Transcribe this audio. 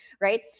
right